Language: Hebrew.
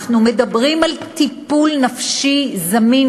אנחנו מדברים על טיפול נפשי זמין,